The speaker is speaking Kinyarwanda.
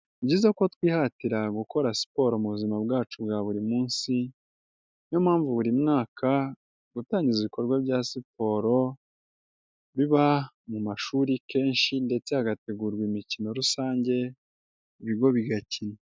Ni byiza ko twihatira gukora siporo mu buzima bwacu bwa buri munsi, niyo mpamvu buri mwaka gutangiza ibikorwa bya siporo biba mu mashuri kenshi ndetse hagategurwa imikino rusange ibigo bigakina.